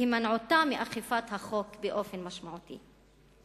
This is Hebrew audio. בהימנעותה מאכיפת החוק באופן משמעותי.